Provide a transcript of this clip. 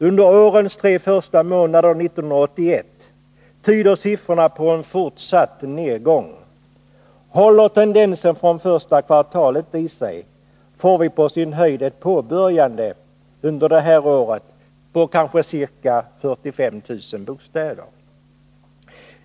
Under de tre första månaderna i år tyder siffrorna på en fortsatt nedgång. Håller tendensen från första kvartalet i sig får vi under det här året på sin höjd ett påbörjande av ca 45 000 bostäder.